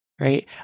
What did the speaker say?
right